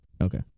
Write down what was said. Okay